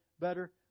better